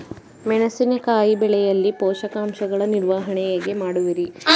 ಮೆಣಸಿನಕಾಯಿ ಬೆಳೆಯಲ್ಲಿ ಪೋಷಕಾಂಶಗಳ ನಿರ್ವಹಣೆ ಹೇಗೆ ಮಾಡುವಿರಿ?